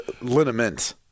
Liniment